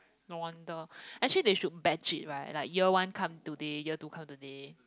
no wonder actually they should batched it right like year one come today year two come today